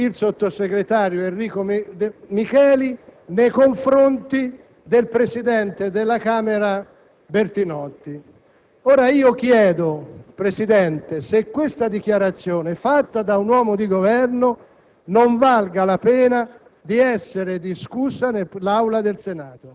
entri a piedi uniti sulla situazione politica attuale colpendo direttamente il Presidente del Consiglio in carica. Purtroppo anche questo è il segno di un ricorrente e diffuso affievolimento del senso dello Stato». Lo afferma